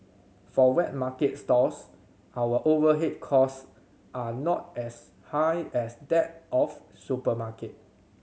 for wet market stalls our overhead cost are not as high as that of supermarket